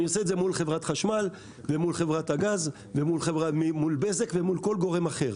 אני עושה את זה מול חברת חשמל ומול חברת הגז ומול בזק ומול כל גורם אחר.